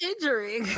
injury